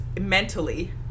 mentally